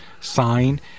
sign